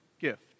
gift